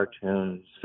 cartoons